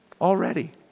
already